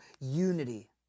unity